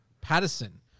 Patterson